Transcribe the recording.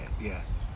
Yes